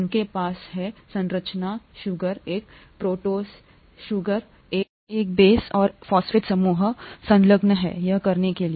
उनके पास है संरचना चीनी एक पेंटोस चीनी एक बेस और एक फॉस्फेट समूह या फॉस्फेट समूह संलग्न हैं यह करने के लिए